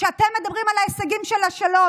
כשאתם מדברים על ההישגים של השלום,